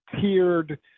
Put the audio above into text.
tiered